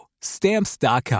Stamps.com